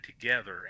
together